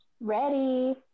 Ready